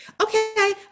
Okay